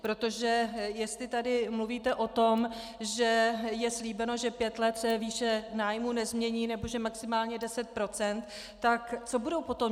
Protože jestli tady mluvíte o tom, že je slíbeno, že pět let se výše nájmu nezmění, nebo že maximálně 10 %, tak co budou dělat ti lidé potom?